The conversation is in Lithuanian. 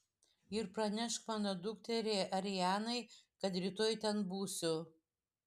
ir pranešk mano dukteriai arianai kad rytoj ten būsiu